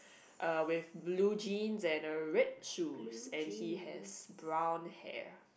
uh with blue jeans and uh red shoes and he has brown hair